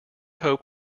hoped